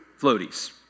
floaties